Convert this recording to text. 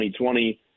2020